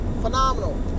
Phenomenal